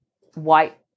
white